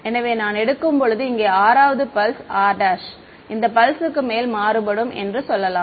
எனவே நான் எடுக்கும் போது இங்கே 6 வது பல்ஸ் r' இந்த பல்ஸ்க்கு மேல் மாறுபடும் என்று சொல்லலாம்